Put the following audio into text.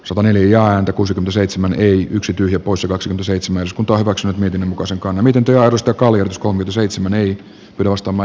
sataneljä ääntä kuusi seitsemän yksi tyhjä poissa kaksi seitsemäs painokseen miten osakkaana miten työehdoista kalju kummitusseitsemän työpaikkojen luomiseksi